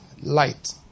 Light